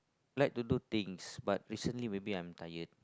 like to do things but recently maybe I'm tired